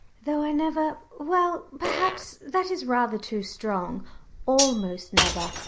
though i never well, perhaps that is rather too strong almost never,